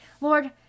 Lord